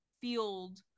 field